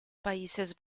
países